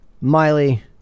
Miley